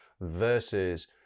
versus